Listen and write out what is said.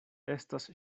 estas